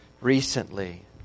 recently